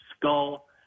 skull